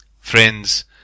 friends